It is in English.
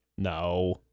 No